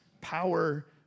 power